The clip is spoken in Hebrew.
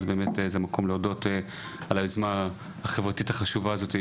אז זה באמת זה מקום להודות על היוזמה החברתית החשובה הזאתי